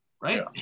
right